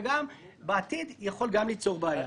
וזה גם בעתיד יכול ליצור בעיה.